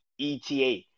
ETA